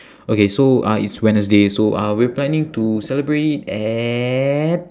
okay so uh it's wednesday so uh we're planning to celebrate it at